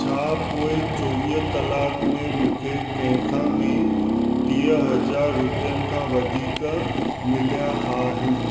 छा पोइ चोवीह कलाक में मूंखे कंहिं खां बि टीह हज़ार रुपियनि खां वधीक मिलिया आहिनि